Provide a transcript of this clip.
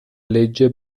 legge